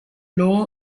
law